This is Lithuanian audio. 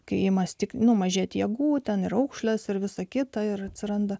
kai ima stig nu mažėt jėgų ten raukšlės ir visa kita ir atsiranda